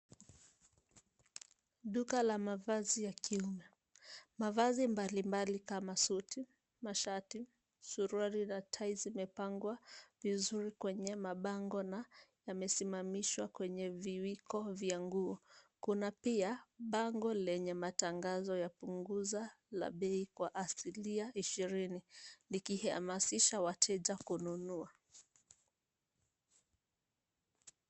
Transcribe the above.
Duka la mavazi ya kiume. Mavazi mbalimbali kama suti, mashati, suruali na tai zimepangwa vizuri kwenye mabango na yamesimamishwa kwenye viwiko vya nguo. Kuna pia bango lenye matangazo ya punguza la bei kwa asili mia ishirini, likihamasisha wateja kununua.